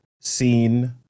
seen